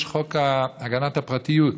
יש חוק הגנת הפרטיות,